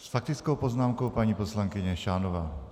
S faktickou poznámkou paní poslankyně Šánová.